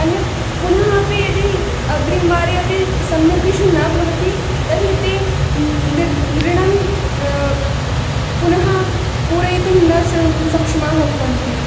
अन्यद् पुनः अपि यदि अग्रिमवारे अपि सम्यक् कृषिः न भवति तर्हि ते ऋणं पुनः पूरयितुं न स सक्षमाः भवन्ति